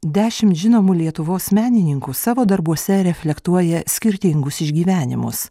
dešimt žinomų lietuvos menininkų savo darbuose reflektuoja skirtingus išgyvenimus